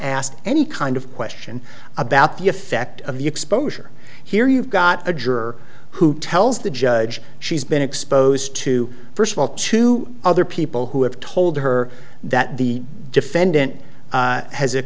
asked any kind of question about the effect of the exposure here you've got a juror who tells the judge she's been exposed to first of all two other people who have told her that the defendant has